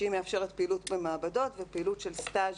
שהיא מאפשרת פעילות במעבדות ופעילות של סטאז',